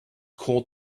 called